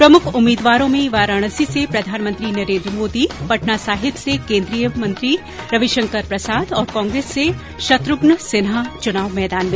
प्रमुख उम्मीदवारों में वाराणसी से प्रधानमंत्री नरेन्द्र मोदी पटना साहिब से केन्द्रीय मंत्री रविशंकर प्रसाद और कांग्रेस से शत्र्घ्न सिन्हा चुनाव मैदान में